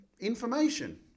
information